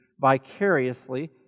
vicariously